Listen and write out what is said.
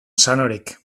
sanorik